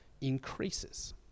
increases